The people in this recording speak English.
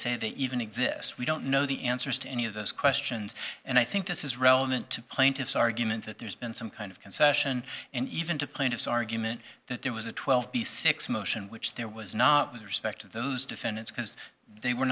say they even exist we don't know the answers to any of those questions and i think this is relevant to plaintiff's argument that there's been some kind of concession and even to plaintiff's argument that there was a twelve b six motion which there was not with respect to those defendants because they were